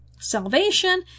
Salvation